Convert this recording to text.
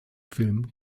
film